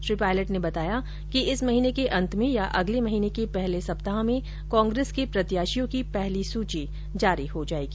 श्री पायलट ने बताया कि इस महीने के अंत में या अगले महीने के पहले सप्ताह में कांग्रेस के प्रत्याशियों की पहली सूची जारी हो जाएगी